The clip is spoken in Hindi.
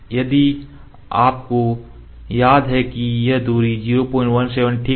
यदि आपको याद है कि यह दूरी 017 ठीक थी